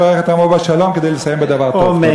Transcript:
יברך את עמו בשלום" כדי לסיים בדבר טוב.